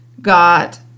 got